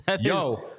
Yo